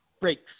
breaks